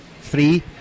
free